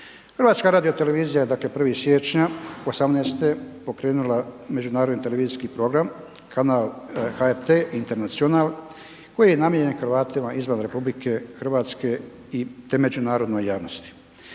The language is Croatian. Hrvata izvan RH. HRT dakle 1. siječnja 2018. pokrenula međunarodni televizijski program kanal HRT International koji je namijenjen Hrvatima izvan RH te međunarodnoj javnosti.